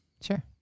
Sure